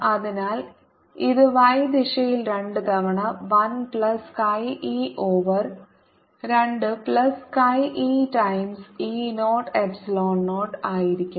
അതിനാൽ ഇത് y ദിശയിൽ 2 തവണ 1 plus chi e over 2 plus chi e times e 0 epsilon 0 ആയിരിക്കും